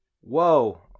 Whoa